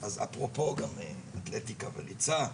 אז אפרופו אתלטיקה וריצה.